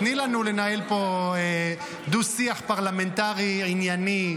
תני לנו לנהל פה דו-שיח פרלמנטרי ענייני.